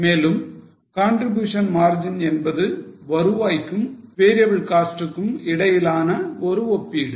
மேலும் contribution margin என்பது வருவாய்க்கும் variable costs க்கும் இடையிலான ஒரு ஒப்பீடு